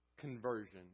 conversion